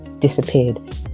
disappeared